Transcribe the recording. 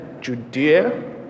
Judea